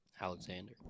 Alexander